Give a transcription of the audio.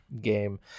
game